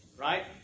Right